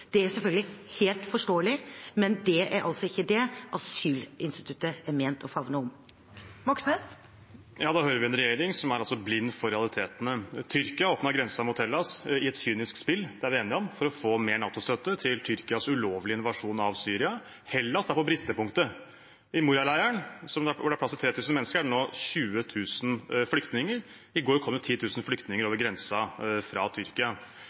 Det er selvfølgelig helt forståelig, men det er altså ikke det asylinstituttet er ment å favne om. Bjørnar Moxnes – til oppfølgingsspørsmål. Da hører vi en regjering som altså er blind for realitetene. Tyrkia åpnet grensen mot Hellas i et kynisk spill – det er vi enige om – for å få mer NATO-støtte til Tyrkias ulovlige invasjon av Syria. Hellas er på bristepunktet. I Moria-leiren, hvor det er plass til 3 000 mennesker, er det nå 20 000 flyktninger – og i går kom det